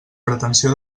pretensió